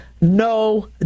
No